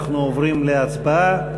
אנחנו עוברים להצבעה.